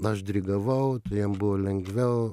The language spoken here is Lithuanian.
aš dirigavau jiem buvo lengviau